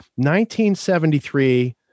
1973